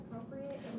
appropriate